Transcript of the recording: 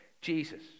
Jesus